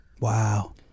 Wow